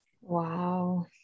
wow